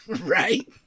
right